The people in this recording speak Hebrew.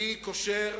אני קושר